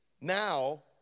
Now